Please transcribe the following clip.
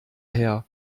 her